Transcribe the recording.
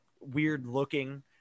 weird-looking